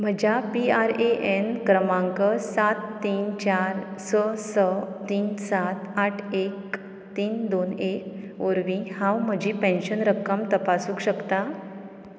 म्हज्या P R A N क्रमांक सात तीन चार स स तीन सात आठ एक तीन दोन ए वरवीं हांव म्हजी पँशन रक्कम तपासूक शकता